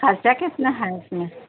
خرچہ کتنا ہے اس میں